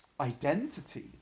identity